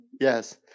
Yes